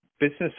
business